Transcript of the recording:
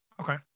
Okay